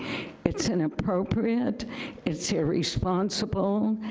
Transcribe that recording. it's inappropriate, it's irresponsible,